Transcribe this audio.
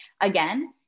again